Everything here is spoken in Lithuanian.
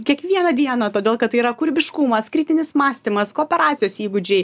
kiekvieną dieną todėl kad tai yra kūrybiškumas kritinis mąstymas kooperacijos įgūdžiai